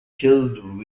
killed